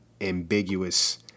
ambiguous